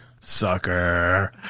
Sucker